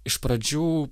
iš pradžių